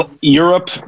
Europe